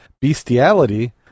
bestiality